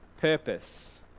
purpose